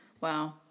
wow